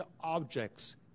objects